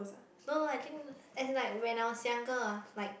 so I think as in like when I was younger I was like